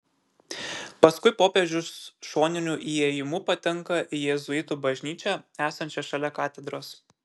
paskui popiežius šoniniu įėjimu patenka į jėzuitų bažnyčią esančią šalia katedros